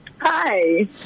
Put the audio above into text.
Hi